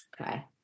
Okay